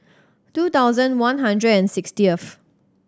two thousand one hundred and sixtieth